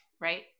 right